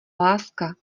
láska